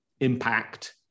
impact